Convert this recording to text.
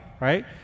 right